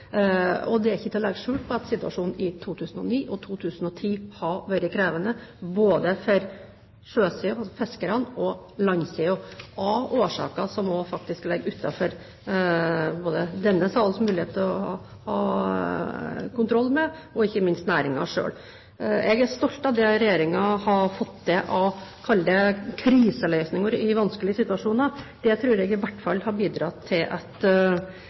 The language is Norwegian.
Det er ikke til å legge skjul på at situasjonen i 2009 og 2010 har vært krevende, både for sjøsiden, altså fiskerne, og for landsiden, av årsaker som ligger utenfor denne salens mulighet til kontroll. Dette gjelder ikke minst næringen selv. Jeg er stolt av det som Regjeringen har fått til av – kall det gjerne – kriseløsninger i vanskelige situasjoner. Det tror jeg i hvert fall har bidratt til